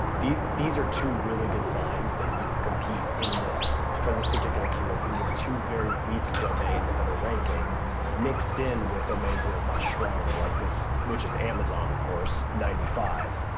these are two really good signs that you can compete in this, for this particular keyword cause you have two very weak domains that are ranking mixed in with domains that are much stronger like this, which is amazon of course, ninety five.